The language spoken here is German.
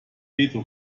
veto